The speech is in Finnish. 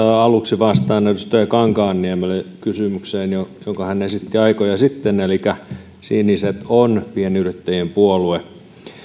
aluksi vastaan edustaja kankaanniemelle kysymykseen jonka hän esitti aikoja sitten siniset on pienyrittäjien puolue